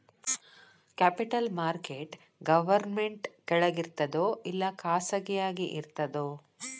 Capital market government ಕೆಳಗಿರ್ತದೋ ಇಲ್ಲಾ ಖಾಸಗಿಯಾಗಿ ಇರ್ತದೋ?